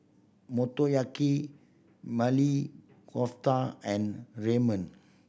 Motoyaki Maili Kofta and Ramen